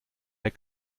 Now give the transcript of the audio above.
der